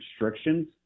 restrictions